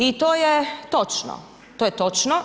I to je točno, to je točno.